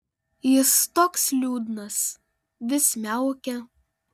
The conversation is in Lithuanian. jis toks liūdnas vis miaukia